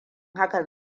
hakan